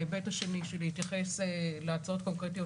ההיבט השני שלי יתייחס להצעות קונקרטיות